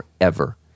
forever